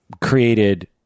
created